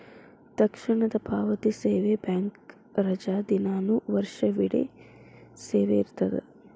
ತಕ್ಷಣದ ಪಾವತಿ ಸೇವೆ ಬ್ಯಾಂಕ್ ರಜಾದಿನಾನು ವರ್ಷವಿಡೇ ಸೇವೆ ಇರ್ತದ